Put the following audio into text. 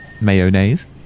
Mayonnaise